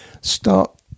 start